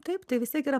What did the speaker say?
taip tai vis tiek yra